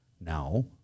now